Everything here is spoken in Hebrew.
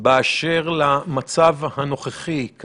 באשר למצב הנוכחי,